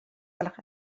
gwelwch